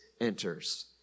enters